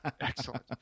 excellent